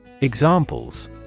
Examples